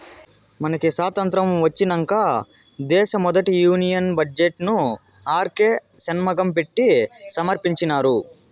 మనకి సాతంత్రం ఒచ్చినంక దేశ మొదటి యూనియన్ బడ్జెట్ ను ఆర్కే షన్మగం పెట్టి సమర్పించినారు